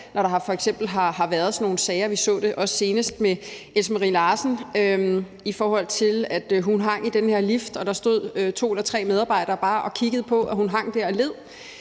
for eksempel har været sådan nogle sager – vi så det senest med Else Marie Larsen, i forhold til at hun hang i den her lift og der stod to eller tre medarbejdere bare og kiggede på, at hun hang der og led